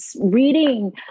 reading